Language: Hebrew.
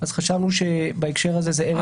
אז חשבנו שבהקשר הזה זה ערך נוסף.